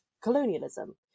colonialism